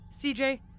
CJ